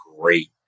great